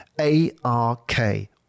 A-R-K